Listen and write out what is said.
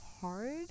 hard